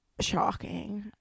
Shocking